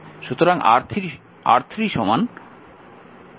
সুতরাং R3 2015 60 5 Ω